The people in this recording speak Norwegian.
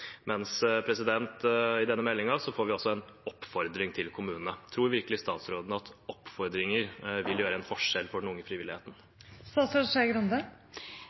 i denne meldingen får vi altså en oppfordring til kommunene. Tror virkelig statsråden at oppfordringer vil gjøre en forskjell for den unge frivilligheten?